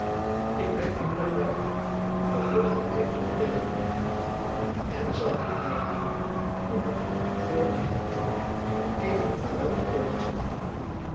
ik blijf maar kort by hem vervolgde hy toen tegen heenvliet en zal de eer hebben u nog voor ik vertrek even vaarwel te komen zeggen